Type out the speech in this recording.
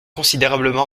considérablement